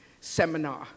seminar